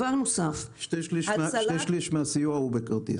שני שלישים מהסיוע הוא בכרטיס.